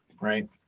right